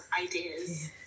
ideas